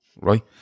right